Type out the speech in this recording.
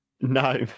No